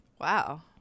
Wow